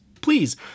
please